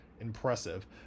impressive